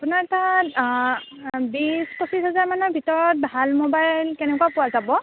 আপোনাৰ তাত বিছ পঁচিছ হাজাৰমানৰ ভিতৰত ভাল মোবাইল কেনেকুৱা পোৱা যাব